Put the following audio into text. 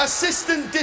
Assistant